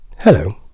Hello